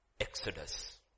Exodus